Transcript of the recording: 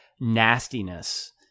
nastiness